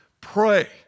pray